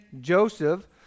Joseph